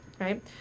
Right